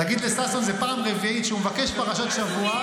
תגיד לששון, זאת פעם רביעית שהוא מבקש פרשת השבוע.